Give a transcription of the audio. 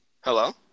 Hello